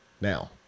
Now